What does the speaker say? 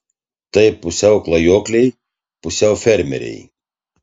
tai pusiau klajokliai pusiau fermeriai